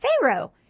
Pharaoh